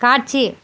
காட்சி